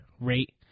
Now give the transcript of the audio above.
rate